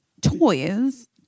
toys